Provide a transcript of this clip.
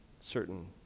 certain